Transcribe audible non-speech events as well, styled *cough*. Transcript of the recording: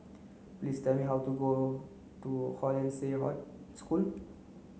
please tell me how to go to Hollandse *unintelligible* School